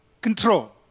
control